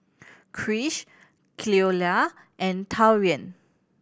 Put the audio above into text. Krish Cleola and Taurean